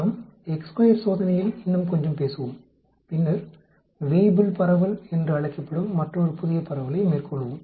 நாம் சோதனையில் இன்னும் கொஞ்சம் பேசுவோம் பின்னர் வேய்புல் பரவல் என்று அழைக்கப்படும் மற்றொரு புதிய பரவலை மேற்கொள்வோம்